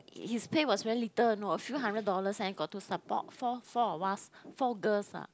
his pay was very little know a few hundred dollars and got to support four four of us four girls ah